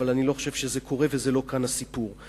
אבל אני לא חושב שזה קורה וזה לא הסיפור כאן.